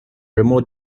remote